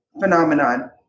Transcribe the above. phenomenon